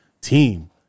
team